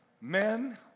Men